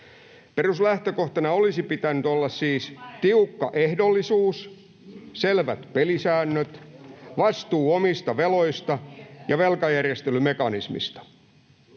Peruslähtökohtana olisi pitänyt olla siis tiukka ehdollisuus, selvät pelisäännöt sekä vastuu omista veloista ja velkajärjestelymekanismista.